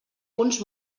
punts